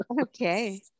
Okay